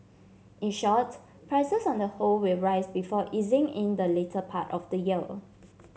in short prices on the whole will rise before easing in the latter part of the year